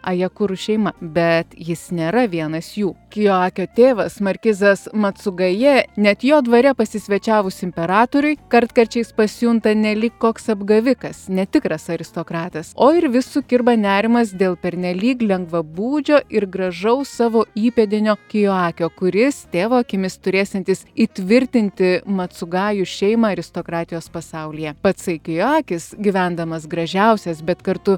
ajakuru šeima bet jis nėra vienas jų kijoakio tėvas markizas matsugaja net jo dvare pasisvečiavus imperatoriui kartkarčiais pasijunta ne lyg koks apgavikas netikras aristokratas o ir vis sukirba nerimas dėl pernelyg lengvabūdžio ir gražaus savo įpėdinio kijoakio kuris tėvo akimis turėsiantis įtvirtinti matsugaju šeimą aristokratijos pasaulyje pats kijoakis gyvendamas gražiausias bet kartu